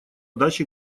даче